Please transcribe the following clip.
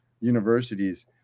universities